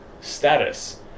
status